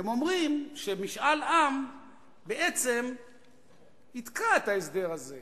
הם אומרים שמשאל עם בעצם יתקע את ההסדר הזה,